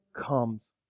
comes